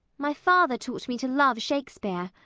my father taught me to love shakespeare.